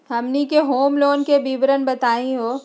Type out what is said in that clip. हमनी के home loan के विवरण बताही हो?